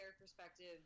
perspective